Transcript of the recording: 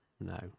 no